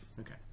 Okay